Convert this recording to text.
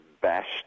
bashed